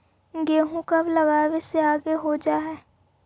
गेहूं कब लगावे से आगे हो जाई?